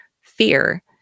fear